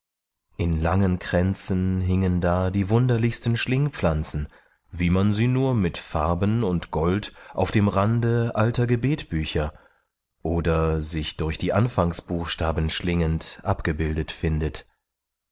in langen kränzen hingen da die wunderlichsten schlingpflanzen wie man sie nur mit farben und gold auf dem rande alter gebetbücher oder sich durch die anfangsbuchstaben schlingend abgebildet findet